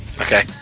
Okay